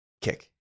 Kick